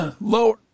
lower